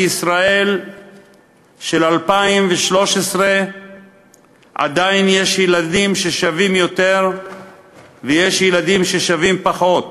בישראל של 2013 עדיין יש ילדים ששווים יותר ויש ילדים ששווים פחות,